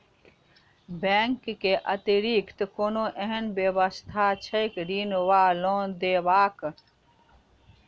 Bank केँ अतिरिक्त कोनो एहन व्यवस्था छैक ऋण वा लोनदेवाक?